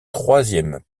troisième